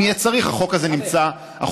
אם יהיה צריך, החוק הזה נמצא במחסנית.